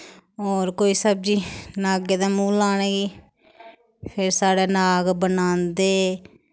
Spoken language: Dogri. होर कोई सब्जी नागें दै मूंह् लाने गी फिर साढ़ै नाग बनांदे